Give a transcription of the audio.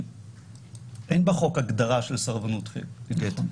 אין בחוק הגדרה של סרבנות גט.